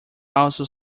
also